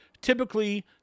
typically